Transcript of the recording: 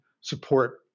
support